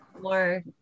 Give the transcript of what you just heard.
more